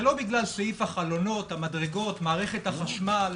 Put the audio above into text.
זה לא בגלל סעיף החלונות, המדרגות, מערכת החשמל.